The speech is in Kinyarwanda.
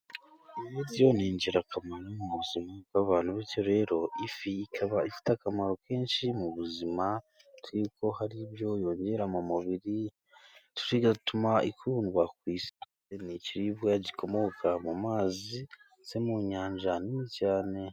Ifi yo ni ingirakamaro mu buzima bw'abantu, bityo rero ifi ikaba ifite akamaro kenshi mu buzima bizwi yuko hari ibyo yongera mu mubiri bigatuma ikundwa ni ikiribwa gikomoka mu mazi ndetse mu nyanja nini cyane.